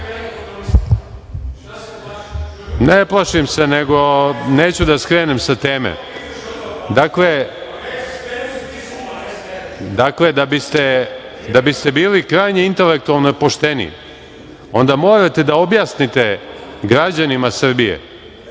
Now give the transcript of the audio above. plašim se, nego neću da skrenem sa teme. Da biste bili krajnje intelektualno pošteni, onda morate da objasnite građanima Srbije,